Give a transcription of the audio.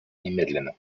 немедленно